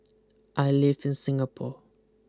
I live in Singapore